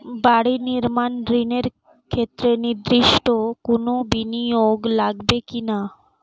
বাড়ি নির্মাণ ঋণের ক্ষেত্রে নির্দিষ্ট কোনো বিনিয়োগ লাগবে কি না?